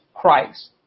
Christ